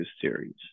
series